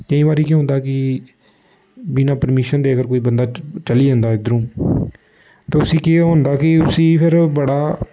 केईं बारी केह् होंदा कि बिना प्रमीशन दे अगर कोई बंदा चली जंदा ऐ इद्धरूं ते उसी केह् होंदा कि उसी फिर बड़ा